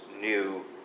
new